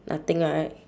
nothing right